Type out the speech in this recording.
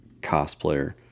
cosplayer